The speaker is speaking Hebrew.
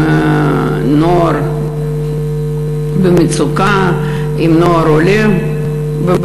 עם נוער במצוקה, עם נוער עולה במצוקה,